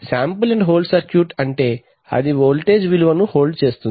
sample and hold circuit అంటే అది voltage విలువను హోల్డ్ చేస్తుంది